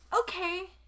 Okay